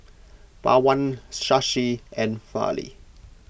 Pawan Shashi and Fali